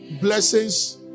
blessings